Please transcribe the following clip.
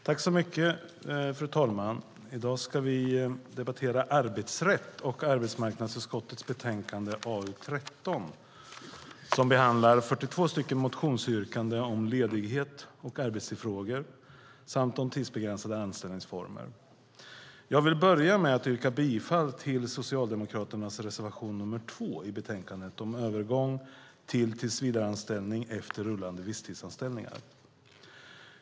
Fru talman! I dag ska vi debattera arbetsrätt och arbetsmarknadsutskottets betänkande AU13. I betänkandet behandlas 42 motionsyrkanden om ledighet och arbetstidsfrågor samt om tidsbegränsade anställningsformer. Jag yrkar bifall till Socialdemokraternas reservation nr 2 om övergång till tillsvidareanställning efter rullande visstidsanställningar.